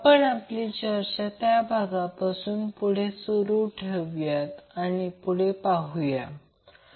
म्हणून माझी सूचना अशी आहे की आपण गणिते सोडवण्यासाठी काही चांगल्या पुस्तकांचा उपयोग करा